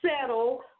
settle